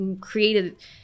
created